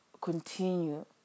continue